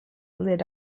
lit